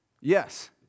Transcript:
Yes